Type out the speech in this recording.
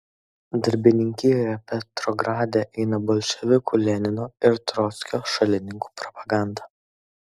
darbininkijoje petrograde eina bolševikų lenino ir trockio šalininkų propaganda